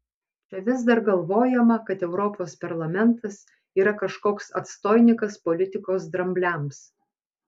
čia vis dar galvojama kad europos parlamentas yra kažkoks atstoinikas politikos drambliams